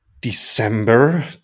December